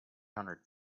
hundred